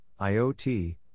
IoT